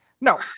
No